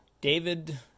david